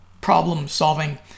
problem-solving